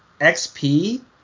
XP